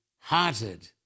hearted